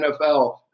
NFL